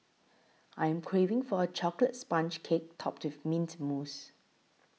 I am craving for a Chocolate Sponge Cake Topped with Mint Mousse